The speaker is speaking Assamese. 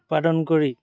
উৎপাদন কৰি